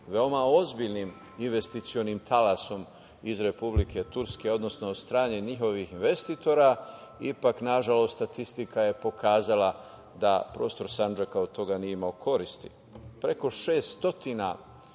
veoma ozbiljnim investicionim talasom iz Republike Turske, odnosno od strane njihovih investitora, ipak na žalost statistika je pokazala da prostor Sandžaka od toga nije imao koristi. Preko 600 raznih,